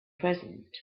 present